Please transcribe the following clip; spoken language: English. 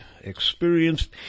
experienced